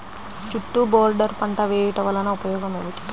చుట్టూ బోర్డర్ పంట వేయుట వలన ఉపయోగం ఏమిటి?